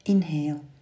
Inhale